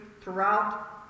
throughout